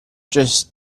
just